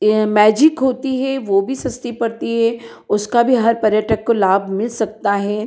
magic होती है वह भी सस्ती पड़ती है उसका भी हर पर्यटक को लाभ मिल सकता है